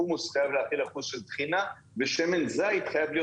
חומוס חייב להכיל אחוז של טחינה ושמן זית חייב להיות